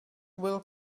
will